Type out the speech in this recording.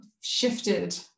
shifted